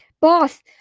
Boss